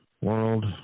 World